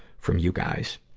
from you guys.